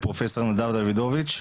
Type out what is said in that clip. פרופסור נדב דוידוביץ,